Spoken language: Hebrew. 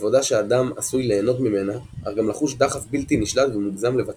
עבודה שאדם עשוי ליהנות ממנה אך גם לחוש דחף בלתי נשלט ומוגזם לבצעה.